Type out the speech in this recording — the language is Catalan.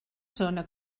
zona